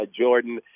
Jordan